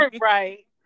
right